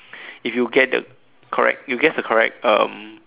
if you get the correct you guess the correct um